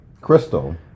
Crystal